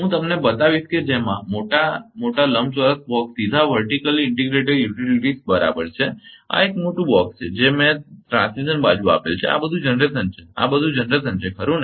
હું તમને બતાવીશ કે જેમાં મોટા લંબચોરસ બોક્સ સીધા વર્ટીકલી ઇન્ટિગ્રેટેડ યુટિલિટી બરાબર છે કે આ એક મોટું બોકસ છે મેં તે ટ્રાન્સમિશન બાજુ આપેલ છે આ બધું જનરેશન છે આ બધું જનરેશન છે ખરુ ને